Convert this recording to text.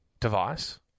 device